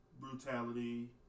brutality